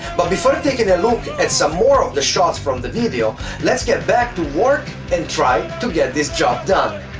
but before taking a look at some of the shoots from the video let's get back to work and try to get this job done.